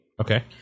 Okay